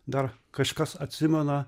dar kažkas atsimena